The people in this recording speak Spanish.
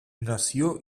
nació